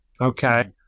Okay